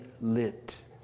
lit